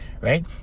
right